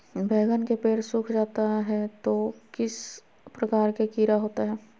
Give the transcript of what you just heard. बैगन के पेड़ सूख जाता है तो किस प्रकार के कीड़ा होता है?